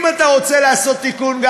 אם אתה רוצה לעשות תיקון,